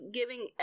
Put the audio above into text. giving